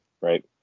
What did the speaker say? right